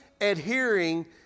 Adhering